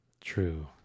True